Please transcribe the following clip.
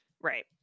right